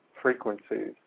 frequencies